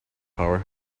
power